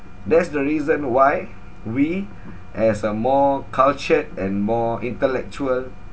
that's the reason why we as a more cultured and more intellectual